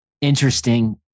interesting